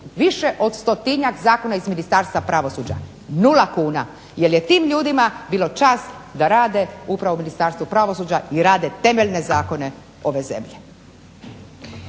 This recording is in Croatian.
više od 100-tinjak zakona iz Ministarstva pravosuđa, 0 kuna. Jer je tim ljudima bilo čast da rade upravo u Ministarstvu pravosuđa i rade temeljne zakone ove zemlje.